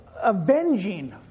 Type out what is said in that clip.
avenging